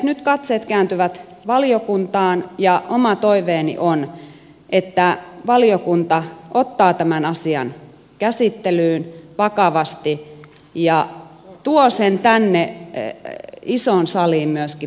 nyt katseet kääntyvät valiokuntaan ja oma toiveeni on että valiokunta ottaa tämän asian käsittelyyn vakavasti ja tuo sen tänne isoon saliin myöskin päätettäväksi